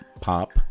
pop